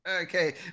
Okay